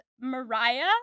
Mariah